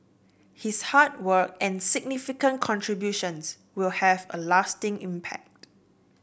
his hard work and significant contributions will have a lasting impact